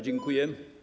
Dziękuję.